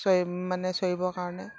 চৰিম মানে চৰিবৰ কাৰণে